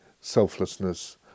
selflessness